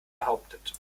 behauptet